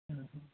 हं